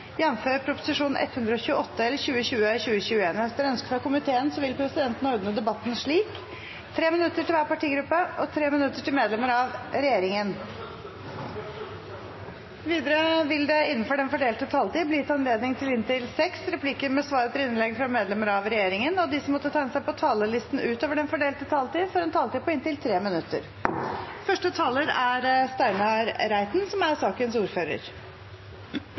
regjeringen. Videre vil det – innenfor den fordelte taletid – bli gitt anledning til inntil seks replikker med svar etter innlegg fra medlemmer av regjeringen, og de som måtte tegne seg på talerlisten utover den fordelte taletid, får også en taletid på inntil 3 minutter. Regjeringen foreslår i Prop. 128 L for 2020–2021 endringer i tre bestemmelser som